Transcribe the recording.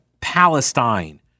Palestine